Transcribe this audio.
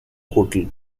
hotel